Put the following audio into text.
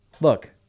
Look